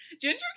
Ginger